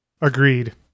agreed